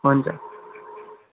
हुन्छ